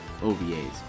OVAs